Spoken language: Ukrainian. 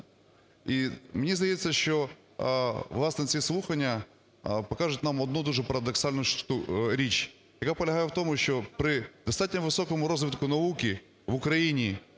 І мені здається, що, власне, ці слухання покажуть нам одну дуже парадоксальну річ. Яка полягає в тому, що при достатньо високому розвитку науки в Україні